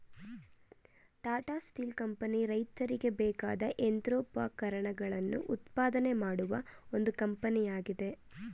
Tata Steel company ರೈತರಿಗೆ ಬೇಕಾದ ಯಂತ್ರೋಪಕರಣಗಳನ್ನು ಉತ್ಪಾದನೆ ಮಾಡುವ ಒಂದು ಕಂಪನಿಯಾಗಿದೆ